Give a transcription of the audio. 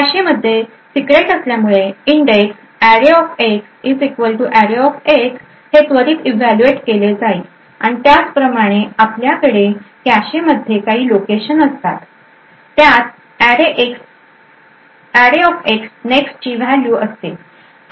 कॅशेमध्ये सिक्रेट असल्यामुळे index arrayx arrayx हे त्वरित ईव्हॅल्यूऍट केले जाते आणि त्याचप्रमाणे आपल्याकडे कॅशे मध्ये काही लोकेशन असतात त्यात arrayx next ची व्हॅल्यू असते